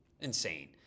Insane